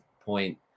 point